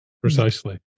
precisely